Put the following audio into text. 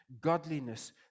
godliness